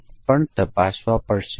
તેથી અમાન્ય સમકક્ષ વર્ગ શું હશે